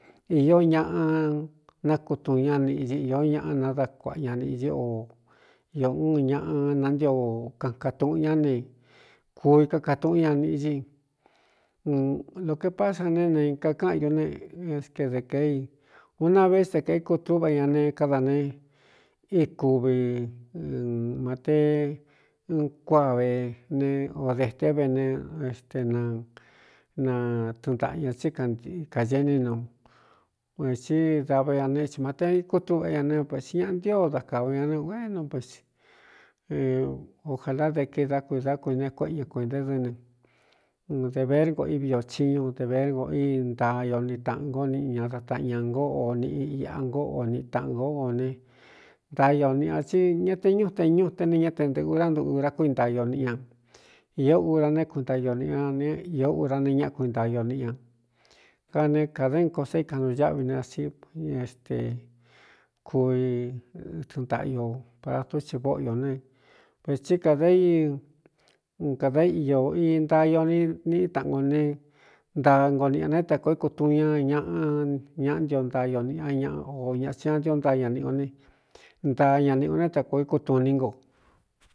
Ió ñaꞌa nákutuu ña niꞌi ñi īó ñaꞌa nadá kuaꞌa ña niꞌi dí o io úun ñaꞌa nantío kaꞌkan tuꞌun ñá ne kuvi kaka tuꞌun ña niꞌi ñí lokepáꞌá sa ne naikakáꞌan du ne ede kē i un naveé ste kēé kutúꞌva ña ne káda ne íkuvi māte ɨn kuā ve ne o dēteé vene éste na na tɨꞌɨn ntaꞌa ñā tsí kāñení no vētsí dava ña ne tsi mate ikútúꞌvá ña ne vētsi ñaꞌa ntio da kāva ña né ū éno v o jālá de kidá kui dá kuine kueꞌe ña kuenta é dɨnɨ de verngo ívi ōtsiñu de verngo í ntaaio ni taꞌan ngó nꞌ ña da taꞌn ña ngó o niꞌi iꞌa nkó o niꞌi taꞌan nkó o ne ntaa iō niꞌ a tsí ña te ñuteñute ne ñá tentɨ̄ꞌɨ urá ntuura kúi ntaio níꞌi ña īó ura né kunta io niꞌiña ne īó ura ne ñáꞌa kuintaio níꞌi ña ka ne kādá ɨn jo sá ikaꞌnu ñáꞌvi ne sí éste kui tɨɨntaꞌa ño paratún tsɨ vóꞌo iō ne vētsí kādā i un kada iꞌō i ntaa i n niꞌí taꞌan ko ne ntaa ngoo niꞌ ā né ta koo ékutun ña ñaꞌa ñaꞌ ntio ntaaio niꞌi a ñaꞌa o ñaꞌa tsiantio ntaa ña niꞌi u ne ntaa ña niꞌi u né ta kōo é kutu ní nko.